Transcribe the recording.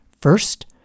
First